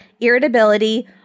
Irritability